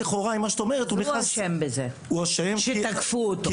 הוא אשם בזה שתקפו אותו.